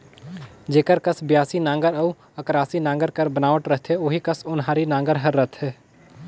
जेकर कस बियासी नांगर अउ अकरासी नागर कर बनावट रहथे ओही कस ओन्हारी नागर हर रहथे